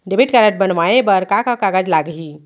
Debit card बनवाये बर का का कागज लागही?